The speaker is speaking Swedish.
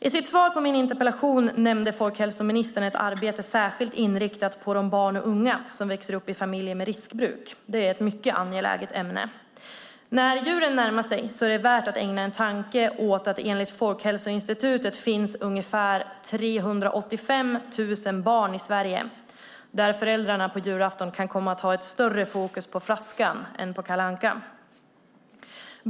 I sitt svar på min interpellation nämnde folkhälsoministern ett arbete särskilt inriktat på de barn och unga som växer upp i familjer med riskbruk. Det är ett mycket angeläget ämne. När julen närmar sig är det värt att ägna en tanke åt att det enligt Folkhälsoinstitutet finns ungefär 385 000 barn i Sverige med föräldrar som på julafton kan komma att ha större fokus på flaskan än på Kalle Anka.